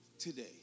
today